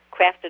crafted